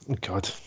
God